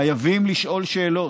חייבים לשאול שאלות,